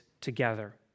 together